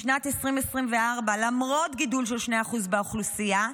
בשנת 2024, למרות גידול של 2% באוכלוסייה,